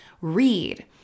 read